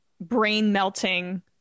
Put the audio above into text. brain-melting